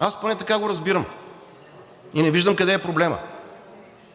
Аз поне така го разбирам и не виждам къде е проблемът.